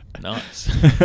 Nice